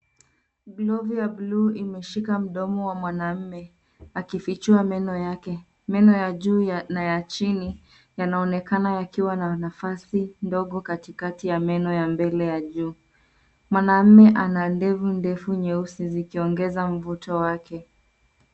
Glovu ya buluu imeshika mdomo wa mwanamume akifichua meno yake. Meno ya juu na ya chini yanaonekana yakiwa na nafasi ndogo katikati ya meno ya mbele ya juu. Mwanamume ana ndevu ndefu nyeusi zikiongeza mvuto wake.